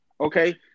okay